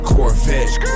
Corvette